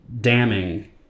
damning